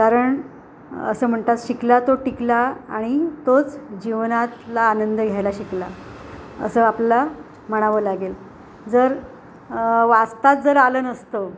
कारण असं म्हणतात शिकला तो टिकला आणि तोच जीवनातला आनंद घ्यायला शिकला असं आपल्याला म्हणावं लागेल जर वाचताच जर आलं नसतं